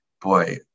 boy